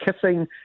kissing